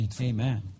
Amen